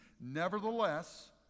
nevertheless